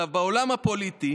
בעולם הפוליטי